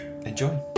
enjoy